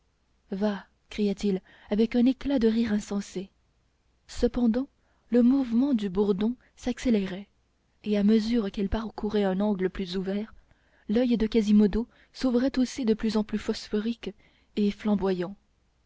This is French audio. vah criait-il avec un éclat de rire insensé cependant le mouvement du bourdon s'accélérait et à mesure qu'il parcourait un angle plus ouvert l'oeil de quasimodo s'ouvrait aussi de plus en plus phosphorique et flamboyant